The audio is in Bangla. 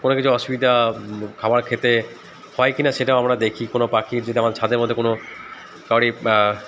কোনো কিছু অসুবিধা খাবার খেতে হয় কি না সেটাও আমরা দেখি কোনো পাখির যদি আমার ছাদের মধ্যে কোনো কারুর